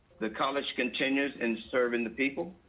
the college continues and serving the people.